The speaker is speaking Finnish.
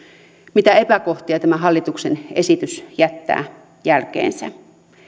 mitä epäkohtia tämä hallituksen esitys jättää jälkeensä